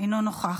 אינו נוכח,